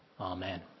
Amen